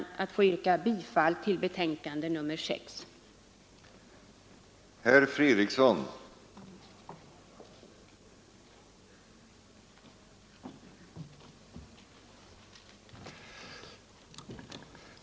Jag ber att få yrka bifall till socialförsäkringsutskottets hemställan i utskottets förevarande betänkande nr 6.